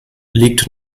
liegt